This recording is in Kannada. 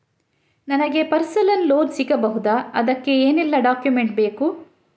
ನನಗೆ ಪರ್ಸನಲ್ ಲೋನ್ ಸಿಗಬಹುದ ಅದಕ್ಕೆ ಏನೆಲ್ಲ ಡಾಕ್ಯುಮೆಂಟ್ ಬೇಕು?